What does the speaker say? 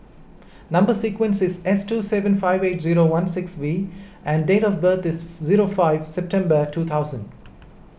Number Sequence is S two seven five eight zero one six V and date of birth is zero five September two thousand